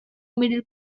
middle